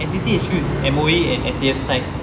N_C_C H_Q is M_O_E and S_A_F side